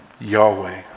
Yahweh